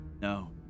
No